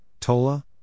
Tola